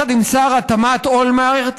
יחד עם שר התמ"ת אולמרט,